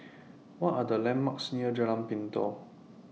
What Are The landmarks near Jalan Pintau